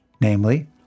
namely